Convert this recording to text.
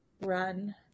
Run